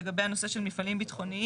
לגבי הנושא של מפעלים ביטחוניים,